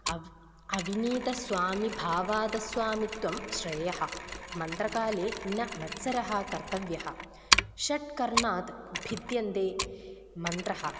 अव् अविनीतः स्वामीभावादस्वामीत्वं श्रेयः मन्त्रकाले न मत्सरः कर्तव्यः षट्कर्णो भिद्यते मन्त्रः